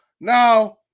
Now